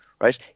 right